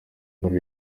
ibara